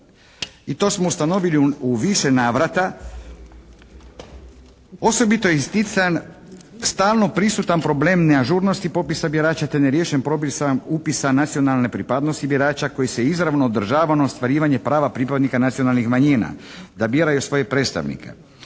i to smo ustanovili u više navrata. Osobito je istican stalno prisutan problem neažurnosti popisa birača te neriješen propis upisa nacionalne pripadnosti birača koji se izravno odražava na ostvarivanje prava pripadnika nacionalnih manjina da biraju svoje predstavnike